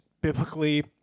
Biblically